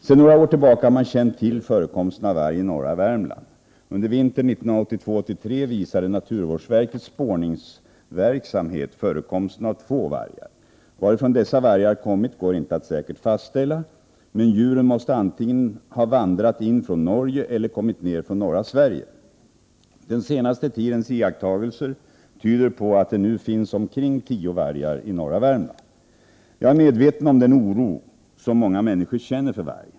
Sedan några år tillbaka har man känt till förekomsten av varg i norra Värmland. Under vintern 1982-1983 visade naturvårdsverkets spårningsverksamhet förekomsten av två vargar. Varifrån dessa vargar kommit går inte att säkert fastställa, men djuren måste antingen ha vandrat in från Norge eller kommit ner från norra Sverige. Den senaste tidens iakttagelser tyder på att det nu finns omkring tio vargar i norra Värmland. Jag är medveten om den oro som många människor känner för vargen.